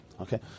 Okay